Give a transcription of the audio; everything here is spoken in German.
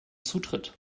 zutritt